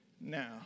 now